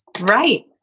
Right